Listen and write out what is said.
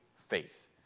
Faith